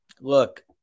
Look